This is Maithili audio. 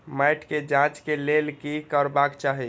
मैट के जांच के लेल कि करबाक चाही?